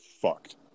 fucked